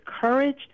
courage